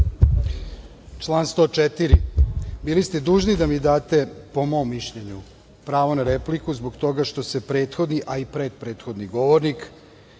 Član 104.Bili ste dužni da mi date, po mom mišljenju, pravo na repliku zbog toga što se prethodni, a i pred prethodni govornik